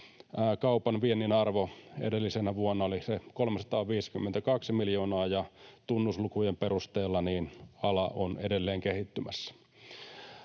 kaupan viennin arvo edellisenä vuonna oli se 352 miljoonaa, ja tunnuslukujen perusteella ala on edelleen kehittymässä.